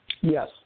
Yes